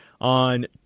on